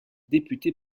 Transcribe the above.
député